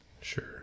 Sure